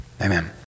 Amen